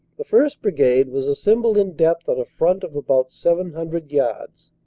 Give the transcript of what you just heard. the first. brigade was assembled in depth on a front of about seven hundred yards.